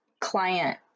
client